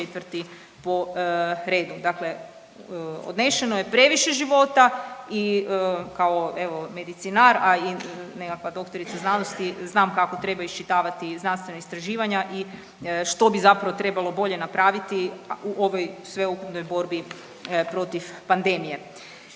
četvrti po redu. Dakle, odnešeno je previše života i kao evo medicinar, a i nekakva doktorica znanosti znam kako treba iščitavati znanstvena istraživanja i što bi zapravo trebalo bolje napraviti u ovoj sveukupnoj borbi protiv pandemije.